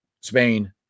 Spain